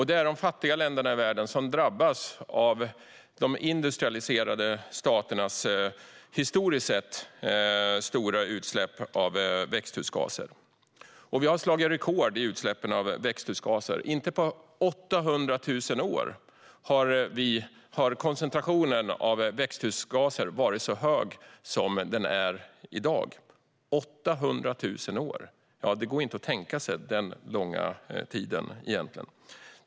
Det är de fattiga länderna i världen som drabbas av de industrialiserade staternas historiskt sett stora utsläpp av växthusgaser. Vi har slagit rekord i utsläpp av växthusgaser. Inte på 800 000 år har koncentrationen av växthusgaser varit så hög som den är i dag. Det går egentligen inte att tänka sig en så lång tid som 800 000 år.